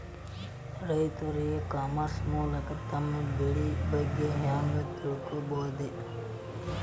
ರೈತರು e commerce ಮೂಲಕ ತಮ್ಮ ಬೆಳಿ ಬಗ್ಗೆ ಹ್ಯಾಂಗ ತಿಳ್ಕೊಬಹುದ್ರೇ?